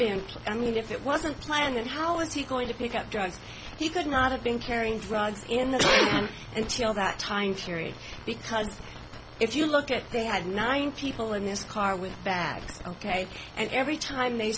been i mean if it wasn't planned and how was he going to pick up drugs he could not have been carrying drugs in the camp until that time period because if you look at they had nine people in this car with bags ok and every time they